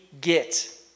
get